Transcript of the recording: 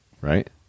right